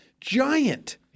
giant